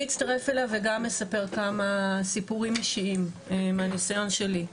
אצטרף אליו וגם אספר כמה סיפורים אישיים מהנסיון שלי.